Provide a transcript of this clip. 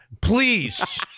Please